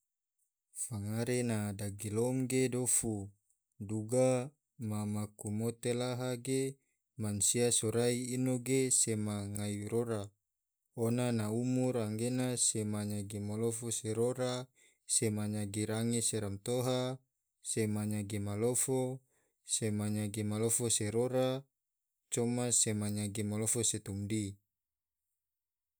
Fangare na dagilom ge dofu, duga ma maku mote laha ge mansia sorai ino ge sema ngai rora ona na umur anggena sema nyagi malofo se rora sema nyagi range se ramtoha sema nyagi malofo, sema nyagi malofo se rora, coma se nyagi malofo se tomdi.